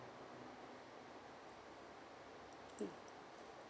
mm